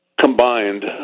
combined